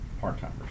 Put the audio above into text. part-timers